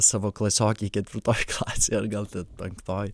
savo klasiokei ketvirtoj klasėj ar gal ten penktoj